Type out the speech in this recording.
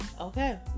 okay